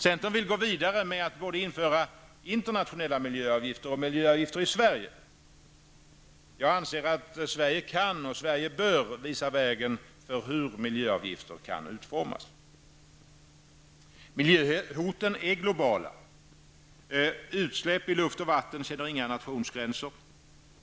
Centern vill gå vidare med att både införa internationella miljöavgifter och miljöavgifter i Sverige. Jag anser att Sverige kan och bör visa vägen för hur miljöavgifter kan utformas. Miljöhoten är globala. Utsläpp i luft och vatten känner inga nationsgränser.